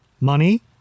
Money